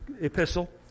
epistle